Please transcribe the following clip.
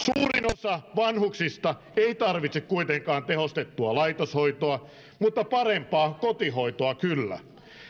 osa vanhuksista ei tarvitse kuitenkaan tehostettua laitoshoitoa mutta parempaa kotihoitoa kyllä